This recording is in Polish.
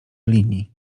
linii